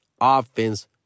offense